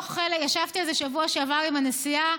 ישבתי על זה בשבוע שעבר עם הנשיאה.